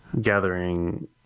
gathering